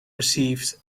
received